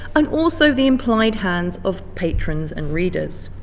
and also the implied hands of patrons and readers.